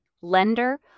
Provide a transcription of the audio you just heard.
lender